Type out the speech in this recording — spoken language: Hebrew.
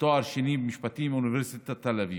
תואר שני במשפטים באוניברסיטת תל אביב,